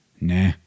nah